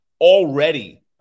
Already